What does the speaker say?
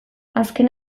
azken